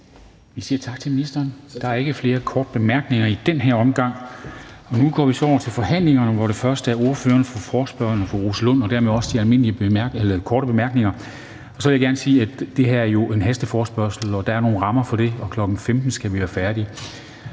Vi siger tak til ministeren. Der er ikke flere korte bemærkninger i den her omgang. Nu går vi så over til forhandlingerne, hvor det først er ordføreren for forespørgerne, fru Rosa Lund, og derefter følger de almindelige korte bemærkninger. Så vil jeg gerne sige, at det her jo er en hasteforespørgsel, og at der er nogle rammer for den. Kl. 15.00 skal vi være færdige.